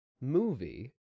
movie